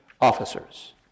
officers